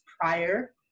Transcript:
prior